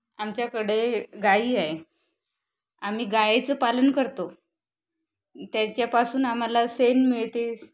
आमच्याकडे गाई आहे आम्ही गाईचं पालन करतो त्याच्यापासून आम्हाला शेण मिळते